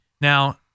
Now